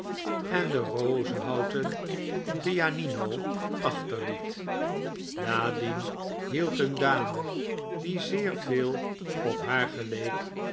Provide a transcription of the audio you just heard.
en de rozenhouten pianino achterliet nadien hield een dame die zeer veel op haar geleek